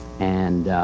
and,